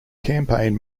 campaign